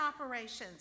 operations